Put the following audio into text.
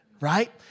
right